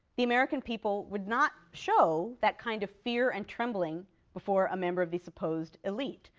the american people would not show that kind of fear and trembling before a member of the supposed elite,